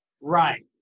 Right